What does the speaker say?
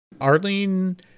Arlene